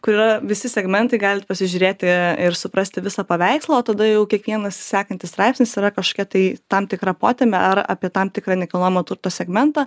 kur yra visi segmentai galit pasižiūrėti ir suprasti visą paveikslą o tada jau kiekvienas sekantis straipsnis yra kažkokia tai tam tikra potemė ar apie tam tikrą nekilnojamo turto segmentą